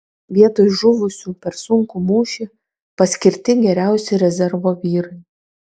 vietoj žuvusių per sunkų mūšį paskirti geriausi rezervo vyrai